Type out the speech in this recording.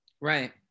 Right